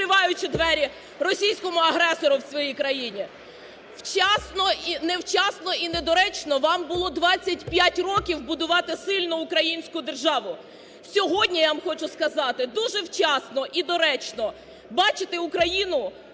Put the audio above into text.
відкриваючи двері російському агресору в своїй країні. Невчасно і недоречно вам було 25 років будувати сильну українську державу. Сьогодні, я вам хочу сказати, дуже вчасно і доречно бачити Україну